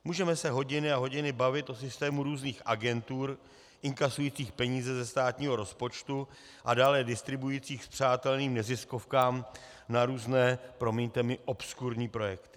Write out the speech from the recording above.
Můžeme se hodiny a hodiny bavit o systému různých agentur inkasujících peníze ze státního rozpočtu a dále je distribuujících spřáteleným neziskovkám na různé, promiňte mi, obskurní projekty.